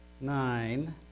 nine